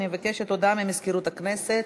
הודעה של מזכירות הכנסת.